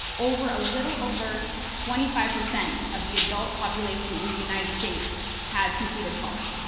over a little over twenty five percent of the adult population in the united states has completed college.